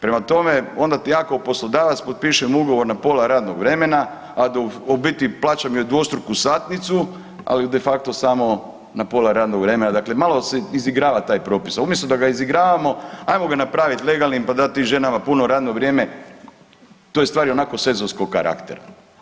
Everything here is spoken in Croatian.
Prema tome, onda ja kao poslodavac potpišem ugovor na pola radnog vremena, a do, u biti plaćam joj dvostruku satnicu, ali de facto samo na pola radnog vremena, dakle malo se izigrava taj propis, a umjesto da ga izigravamo, ajmo ga napraviti legalnim pa dat tim ženama puno radno vrijeme, to je stvar ionako sezonskog karaktera.